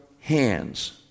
hands